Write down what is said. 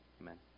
Amen